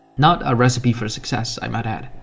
not a recipe for success, i might add.